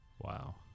Wow